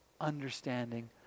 understanding